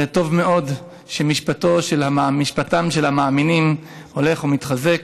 טוב מאוד שמשפטם של המאמינים הולך ומתחזק.